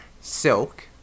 Silk